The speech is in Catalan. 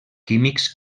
químics